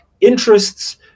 interests